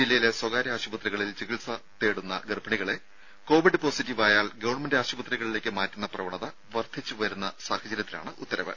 ജില്ലയിലെ സ്വകാര്യ ആശുപത്രികളിൽ ചികിത്സ തേടുന്ന ഗർഭിണികളെ കൊവിഡ് പോസിറ്റീവ് ആയാൽ ഗവൺമെന്റ് ആശുപത്രികളിലേക്ക് മാറ്റുന്ന പ്രവണത വർധിച്ചുവരുന്ന സാഹചര്യത്തിലാണ് ഉത്തരവ്